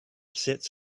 sits